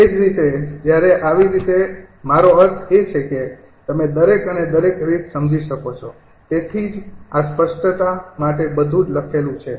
એ જ રીતે જ્યારે આવી રીતે મારો અર્થ એ છે કે તમે દરેક અને દરેક રીત સમજી શકો છો તેથી જ આ સ્પષ્ટતા માટે બધું જ લખેલું છે